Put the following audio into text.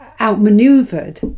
outmaneuvered